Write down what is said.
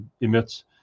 emits